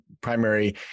primary